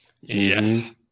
Yes